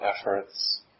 efforts